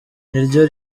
niryo